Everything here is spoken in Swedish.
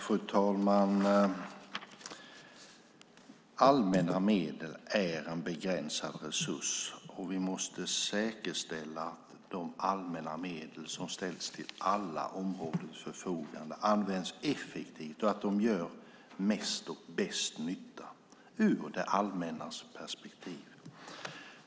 Fru talman! Allmänna medel är en begränsad resurs, och vi måste säkerställa att de allmänna medel som ställs till alla områdens förfogande används effektivt och att de gör mest och bäst nytta ur det allmännas perspektiv.